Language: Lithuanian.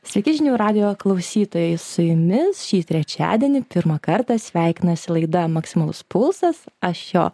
sveiki žinių radijo klausytojai su jumis šį trečiadienį pirmą kartą sveikinasi laida maksimalus pulsas aš jo